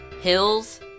hills